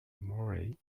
morley